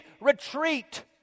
retreat